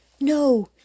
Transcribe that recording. No